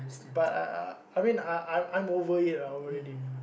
but uh I mean I I I'm over it ah already